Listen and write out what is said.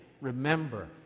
Remember